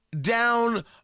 down